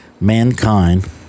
mankind